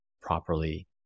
properly